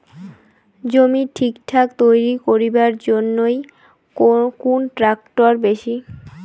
জমি ঠিকঠাক তৈরি করিবার জইন্যে কুন ট্রাক্টর বেশি ভালো কাজ করে?